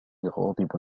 غاضب